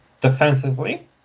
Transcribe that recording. defensively